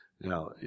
Now